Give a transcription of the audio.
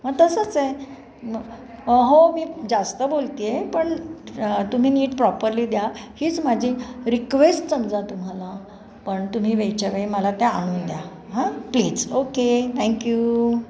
मग तसंच आहे हो मी जास्त बोलते आहे पण तुम्ही नीट प्रॉपरली द्या हीच माझी रिक्वेस्ट समजा तुम्हाला पण तुम्ही वेळच्या वेळी मला ते आणून द्या हां प्लीज ओके थँक यू